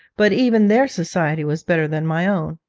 but even their society was better than my own.